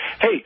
hey